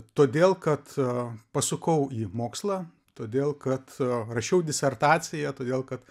todėl kad pasukau į mokslą todėl kad rašiau disertaciją todėl kad